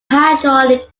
hydraulic